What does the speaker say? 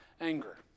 anger